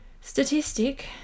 Statistic